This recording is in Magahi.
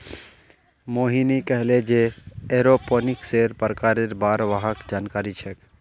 मोहिनी कहले जे एरोपोनिक्सेर प्रकारेर बार वहाक जानकारी छेक